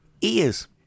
ears